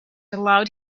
allowed